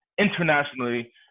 internationally